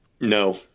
No